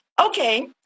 okay